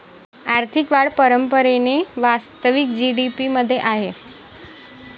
आर्थिक वाढ परंपरेने वास्तविक जी.डी.पी मध्ये आहे